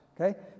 Okay